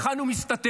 היכן הוא מסתתר?